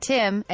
Tim